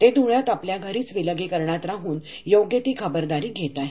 ते धुळ्यात आपल्या घरीच विलगीकरणात राहून योग्य ती खबरदारी घेत आहेत